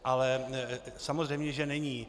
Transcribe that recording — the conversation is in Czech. Ale samozřejmě že není.